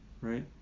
right